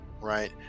right